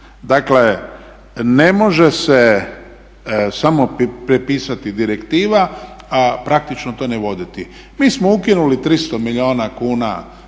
Dakle, ne može se samo prepisati direktiva a praktično to ne voditi. Mi smo ukinuli 300 milijuna kuna